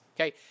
Okay